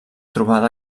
trobada